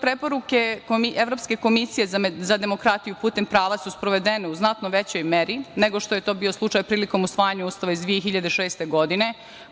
Preporuke evropske Komisije za demokratiju putem prava su sprovedene u znatno većoj meri nego što je to bio slučaj prilikom usvajanja Ustava iz 2006. godine.